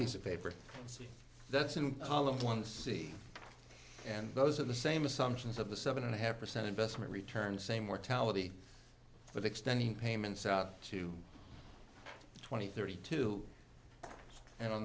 piece of paper that's in column one c and those are the same assumptions of the seven and a half percent investment returns same mortality but extending payments out to twenty thirty two and on